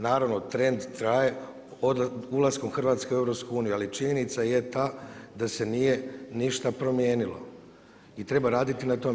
Naravno trend traje od ulaska Hrvatske u EU, ali činjenica je ta da se nije ništa promijenilo i treba raditi na tome.